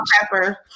pepper